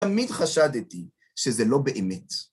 תמיד חשדתי שזה לא באמת.